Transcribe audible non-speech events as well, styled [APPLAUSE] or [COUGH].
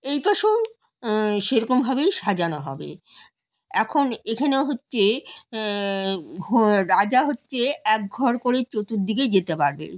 এই পাশেও সেরকমভাবেই সাজানো হবে এখন এখানে হচ্ছে [UNINTELLIGIBLE] রাজা হচ্ছে এক ঘর করে চতুর্দিকে যেতে পারবে